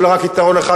יש לה רק יתרון אחד,